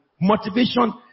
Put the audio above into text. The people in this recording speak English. motivation